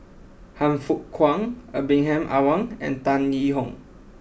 Han Fook Kwang Ibrahim Awang and Tan Yee Hong